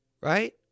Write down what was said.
right